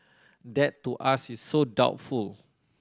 that to us is so doubtful